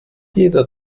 jeder